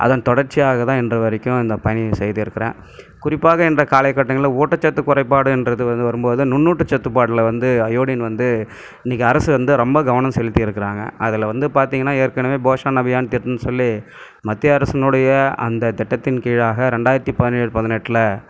அதன் தொடர்ச்சியாக தான் இன்று வரைக்கும் இந்த பணிய செய்திருக்கிறேன் குறிப்பாக இன்றைய காலக்கட்டங்களில் ஊட்டச்சத்து குறைபாடுன்றது வந்து வரும் போது நுன்னூட்ட சத்துபாடில் வந்து அயோடின் வந்து இன்றைக்கி அரசு வந்து ரொம்ப கவனம் செலுத்தியிருக்கிறாங்க அதில் வந்து பார்த்திங்கன்னா ஏற்கனவே போசன் அபியான் திட்டன்னு சொல்லி மத்திய அரசினுடைய அந்த திட்டத்தின் கீழாக ரெண்டாயிரத்தி பதினேழு பதினெட்டில்